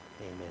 Amen